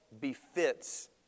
befits